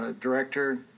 director